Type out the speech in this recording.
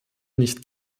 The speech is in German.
nicht